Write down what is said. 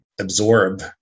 absorb